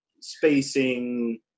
spacing